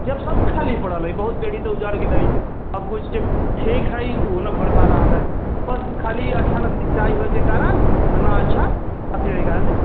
जे सभ अब खाली पड़ल अइ बहुत बेरही तऽ उजड़ि गेलै अब होइत छै जे ठेक हइ ओहो नहि भरि पा रहल हइ बस खाली अच्छा ने सिंचाइ होइके कारण आ ने अच्छा के कारण